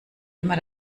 immer